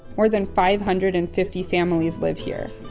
more than five hundred and fifty families live here,